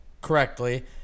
correctly